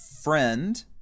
friend